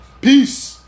Peace